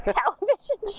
television